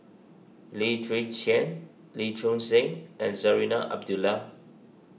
Lim Chwee Chian Lee Choon Seng and Zarinah Abdullah